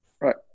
right